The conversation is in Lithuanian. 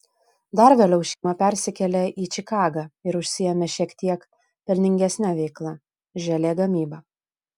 dar vėliau šeima persikėlė į čikagą ir užsiėmė šiek tiek pelningesne veikla želė gamyba